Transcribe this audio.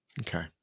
Okay